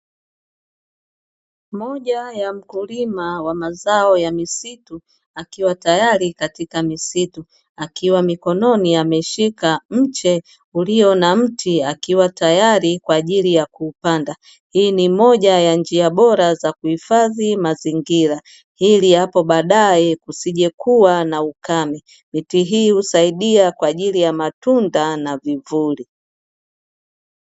Moja ya mkulima wa mazao ya misitu akiwa tayari katika misitu akiwa mikononi ameshika mche ulio na mti akiwa tayari kwa ajili ya kupanda. Hii ni moja ya njia bora za kuhifadhi mazingira ili hapo baadaye kusijekuwa na ukame. Miti hii husaidia kwa ajili ya matunda na vivuli.